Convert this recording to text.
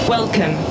Welcome